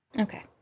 okay